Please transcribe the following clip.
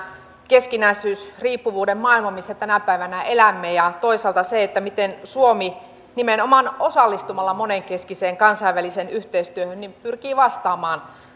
keskinäisriippuvuuden maailma missä tänä päivänä elämme ja toisaalta se miten suomi nimenomaan osallistumalla monenkeskiseen kansainväliseen yhteistyöhön pyrkii vastaamaan